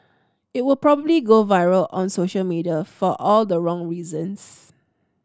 it would probably go viral on social media for all the wrong reasons